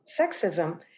sexism